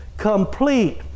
complete